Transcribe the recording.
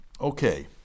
Okay